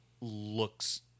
looks